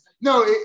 No